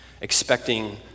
expecting